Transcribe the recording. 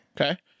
Okay